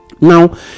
now